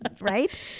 right